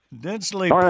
densely